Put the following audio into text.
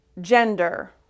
gender